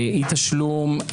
אי תשלום,